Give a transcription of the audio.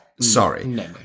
Sorry